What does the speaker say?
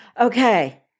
Okay